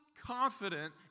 confident